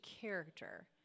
character